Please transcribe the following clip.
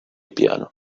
piano